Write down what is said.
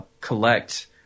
collect